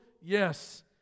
Yes